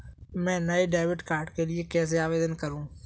मैं नए debit card के लिए कैसे आवेदन करूं?